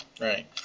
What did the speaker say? Right